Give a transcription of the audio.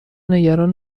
نگران